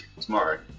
tomorrow